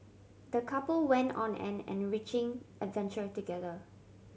the couple went on an enriching adventure together